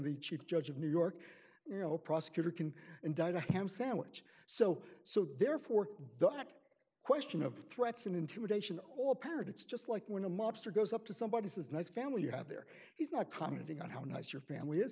chief judge of new york you know a prosecutor can indict a ham sandwich so so therefore the but question of threats and intimidation all paired it's just like when a mobster goes up to somebody says nice family you have there he's not commenting on how nice your family is